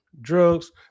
drugs